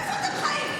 איפה אתם חיים?